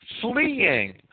fleeing